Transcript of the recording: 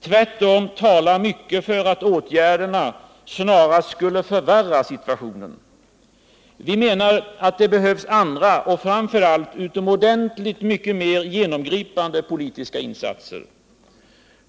Tvärtom talar mycket för att åtgärderna snarast skulle förvärra situationen. Vi menar att det behövs andra och framför allt utomordentligt mycket mer genomgripande politiska insatser.